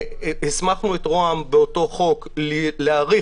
הסמכנו את ראש הממשלה באותו חוק להאריך